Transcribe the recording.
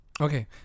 Okay